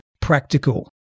practical